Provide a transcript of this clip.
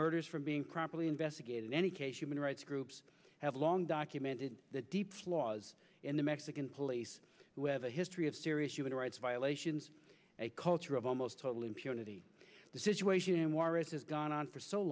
murders from being properly investigated in any case human rights groups have long documented the deep flaws in the mexican police who have a history of serious human rights violations a culture of almost impunity the situation in juarez has gone on for so